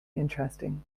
interesting